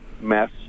mess